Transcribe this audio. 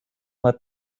let